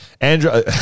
Andrew